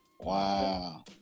Wow